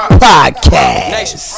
podcast